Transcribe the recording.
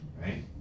Right